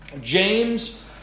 James